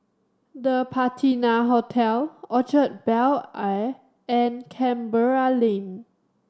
The Patina Hotel Orchard Bel Air and Canberra Lane